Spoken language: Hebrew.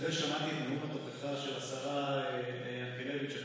אחרי ששמעתי את נאום התוכחה של השרה ינקלביץ' אני